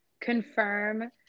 confirm